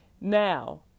Now